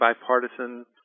bipartisan